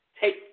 take